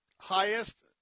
highest